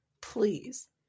Please